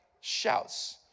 shouts